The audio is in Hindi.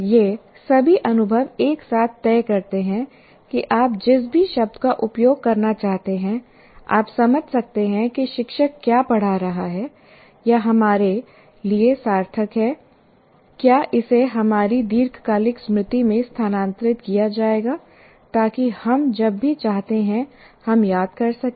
ये सभी अनुभव एक साथ तय करते हैं कि आप जिस भी शब्द का उपयोग करना चाहते हैं आप समझ सकते हैं कि शिक्षक क्या पढ़ा रहा है या यह हमारे लिए सार्थक है क्या इसे हमारी दीर्घकालिक स्मृति में स्थानांतरित किया जाएगा ताकि हम जब भी चाहते हैं हम याद कर सकें